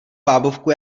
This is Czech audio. bábovku